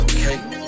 Okay